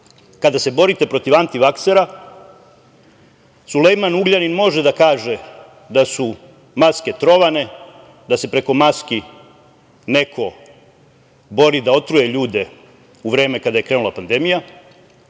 kada se borite protiv antivaksera Sulejman Ugljanin može da kaže da su maske trovane, da se preko maski neko bori da otruje ljude u vreme kada je krenula pandemija